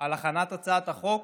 על הכנת הצעת החוק